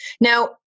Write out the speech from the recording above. Now